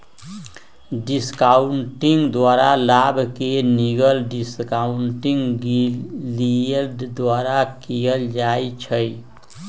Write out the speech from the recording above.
discounting द्वारा लाभ के गिनल डिस्काउंटिंग यील्ड द्वारा कएल जाइ छइ